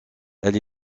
elle